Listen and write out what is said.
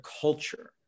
culture